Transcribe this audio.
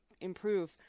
improve